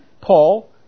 Paul